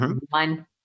one